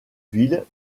ville